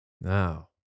Now